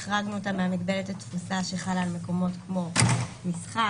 החרגנו אותם ממגבלת התפוסה שחלה על מקומות כמו מסחר,